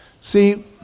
See